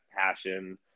passion